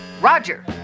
Roger